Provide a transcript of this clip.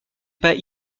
pas